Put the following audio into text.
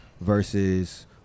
versus